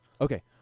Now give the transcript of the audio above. okay